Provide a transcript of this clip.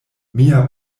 mia